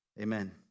amen